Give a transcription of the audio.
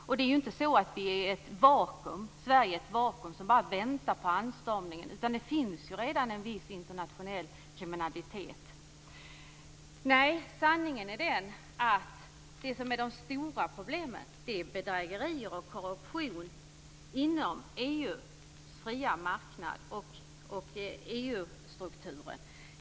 Sverige är inte ett vakuum som bara väntar på anstormningen, utan det finns ju redan en viss internationell kriminalitet. Sanningen är att de stora problemen är bedrägerier och korruption inom EU:s fria marknad och inom EU strukturen.